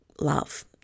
love